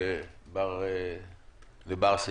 לברסי,